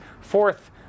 fourth